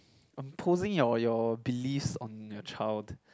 imposing your your beliefs on your child